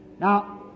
now